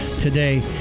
today